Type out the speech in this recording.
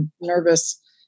nervous